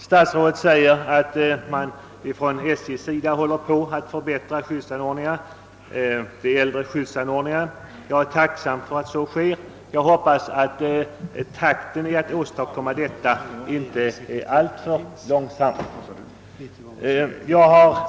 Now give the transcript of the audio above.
Statsrådet framhöll i sitt svar att SJ håller på att göra vissa förändringar för att ernå större säkerhet och jag är tacksam att så sker och hoppas att takten i detta inte är alltför långsam.